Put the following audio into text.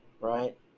right